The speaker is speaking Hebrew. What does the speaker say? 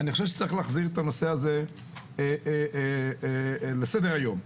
צריך להחזיר את הנושא הזה לסדר היום.